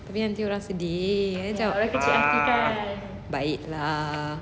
tapi nanti orang sedih nanti macam baiklah